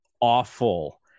awful